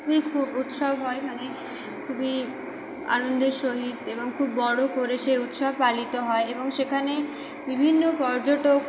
খুবই খুব উৎসব হয় মানে খুবই আনন্দের সহিত এবং খুব বড়ো করে সেই উৎসব পালিত হয় এবং সেখানে বিভিন্ন পর্যটক